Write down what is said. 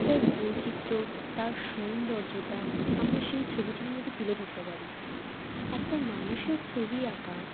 তার বৈচিত্র্য তার সৌন্দর্যতা আমরা সেই ছবিটির মধ্যে তুলে ধরতে পারি একটা মানুষের ছবি আঁকা